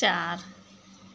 चार